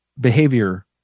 behavior